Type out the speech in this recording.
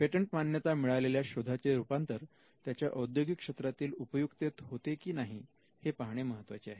patent मान्यता मिळालेल्या शोधाचे रूपांतर त्याच्या औद्योगिक क्षेत्रातील उपयुक्ततेत होते की नाही हे पाहणे महत्त्वाचे आहे